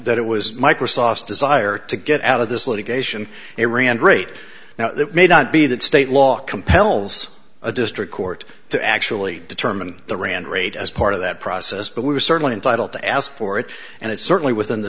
that it was microsoft's desire to get out of this litigation iran's rate now that may not be that state law compels a district court to actually determine the rand rate as part of that process but we are certainly entitled to ask for it and it's certainly within the